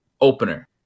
opener